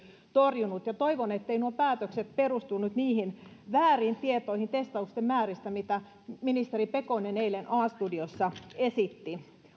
torjunut ja toivon etteivät nuo päätökset perustu nyt niihin vääriin tietoihin testausten määristä mitä ministeri pekonen eilen a studiossa esitti hallituksen